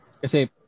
kasi